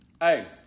Hey